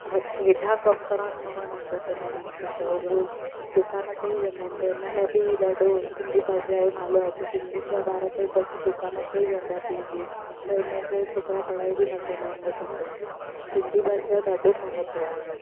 हथ हेठां कमु करण न वणंदो अथनि उन्हनि खे त उहे दुकान ते ई वेहंदा आहिनि त हिन लाइ बि ॾाढो सिंधी भाषा जो नालो आहे की सिंधियुनि जा ॿार त बसि दुकान ते ई वेहंदा पीउ जे त हिन जे करे छोकिरा पढ़ाई बि न कंदा आइन वधीक सिंधी भाषा जो ॾाढो महत्व आहे